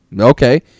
okay